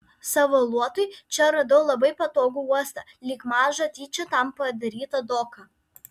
savo luotui čia radau labai patogų uostą lyg mažą tyčia tam padarytą doką